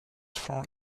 for